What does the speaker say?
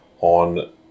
on